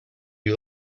you